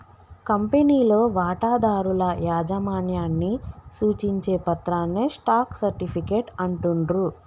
కంపెనీలో వాటాదారుల యాజమాన్యాన్ని సూచించే పత్రాన్నే స్టాక్ సర్టిఫికేట్ అంటుండ్రు